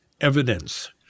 evidence